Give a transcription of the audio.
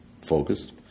focused